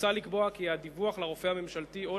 מוצע לקבוע כי הדיווח לרופא הממשלתי או